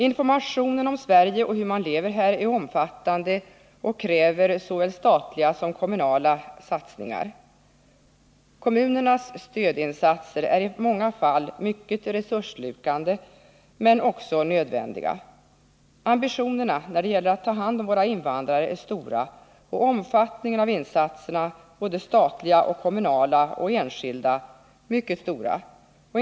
Informationen om Sverige och om hur man lever här är omfattande och kräver såväl statliga som kommunala satsningar. Kommunernas stödinsatser är i många fall mycket resursslukande men också nödvändiga. Ambitionerna när det gäller att ta hand om våra invandrare är stora, och omfattningen av insatserna — såväl statliga och kommunala som enskilda — mycket stora.